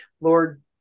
Lord